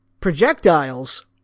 projectiles